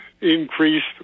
increased